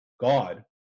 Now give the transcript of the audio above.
God